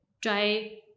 Try